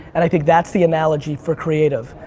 and i think that's the analogy for creative,